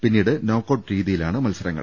പിന്നീട് നോക്കൌട്ട് രീതിയിലാണ് മത്സ രങ്ങൾ